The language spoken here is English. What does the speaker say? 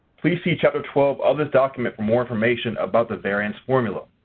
please see chapter twelve of this document for more information about the variance formula.